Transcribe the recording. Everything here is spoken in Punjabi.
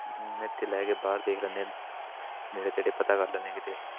ਇੱਥੇ ਲੈ ਕੇ ਬਾਹਰ ਦੇਖ ਲੈਂਦੇ ਨੇੜੇ ਤੇੜੇ ਪਤਾ ਕਰ ਲੈਂਦੇ ਕਿਤੇ